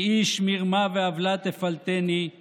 מאיש מרמה ועולה תפלטני";